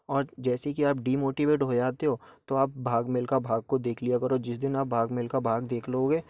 और जैसे कि आप डिमोटिवेट हो जाते हो तो आप भाग मिलखा भाग को देख लिया करो जिस दिन आप भाग मिलखा भाग देख लोगे